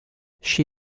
she